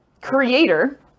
creator